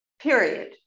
period